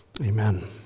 Amen